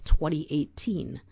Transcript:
2018